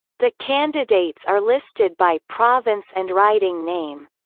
the candidates are listed by province and riding name.